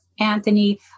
Anthony